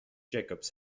jacobs